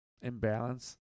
imbalance